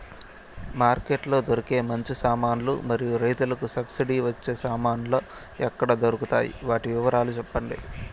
Market లో దొరికే మంచి సామాన్లు మరియు రైతుకు సబ్సిడి వచ్చే సామాన్లు ఎక్కడ దొరుకుతాయి? వాటి వివరాలు సెప్పండి?